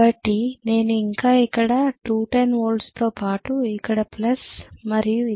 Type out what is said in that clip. కాబట్టి నేను ఇంకా ఇక్కడ 210 వోల్ట్సుతో పాటు ఇక్కడ ప్లస్ మరియు ఇక్కడ మైనస్గా ఉంచబోతున్నాను